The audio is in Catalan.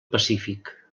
pacífic